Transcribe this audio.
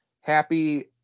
Happy